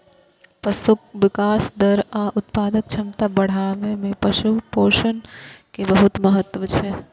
पशुक विकास दर आ उत्पादक क्षमता बढ़ाबै मे पशु पोषण के बहुत महत्व छै